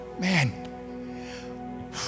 man